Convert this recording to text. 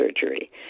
surgery